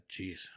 Jeez